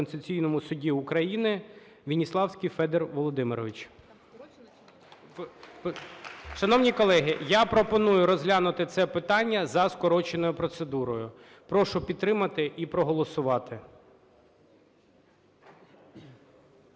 Конституційному Суді України – Веніславський Федір Володимирович. Шановні колеги! Я пропоную розглянути це питання за скороченою процедурою. Прошу підтримати і проголосувати.